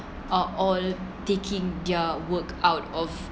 are all taking their work out of